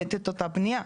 לעודד את אותה בנייה.